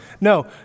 No